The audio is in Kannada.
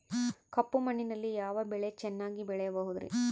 ಕಪ್ಪು ಮಣ್ಣಿನಲ್ಲಿ ಯಾವ ಬೆಳೆ ಚೆನ್ನಾಗಿ ಬೆಳೆಯಬಹುದ್ರಿ?